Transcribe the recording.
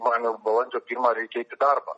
man jau balandžio pirmą reikia eit į darbą